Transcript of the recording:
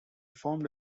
formed